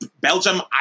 Belgium